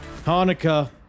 Hanukkah